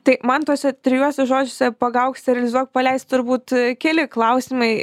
tai man tuose trijuose žodžiuose pagauk sterilizuok paleisk turbūt keli klausimai